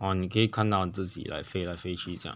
哦你可以看到自己 like 飞来飞去这样